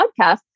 podcast